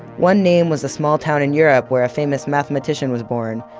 one name was a small town in europe where a famous mathematician was born.